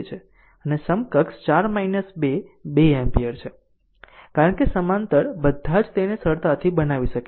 અને સમકક્ષ 4 2 2 એમ્પીયર છે કારણ કે સમાંતર બધા જ તેને સરળતાથી બનાવી શકે છે